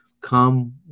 Come